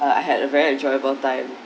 uh I had a very enjoyable time